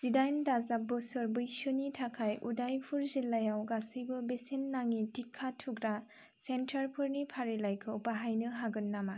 जिदाइन दाजाब बोसोर बैसोनि थाखाय उदयपुर जिल्लायाव गासैबो बेसेन नाङि टिका थुग्रा सेन्टारफोरनि फारिलाइखौ बाहायनो हागोन नामा